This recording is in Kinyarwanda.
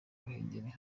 ruhengeri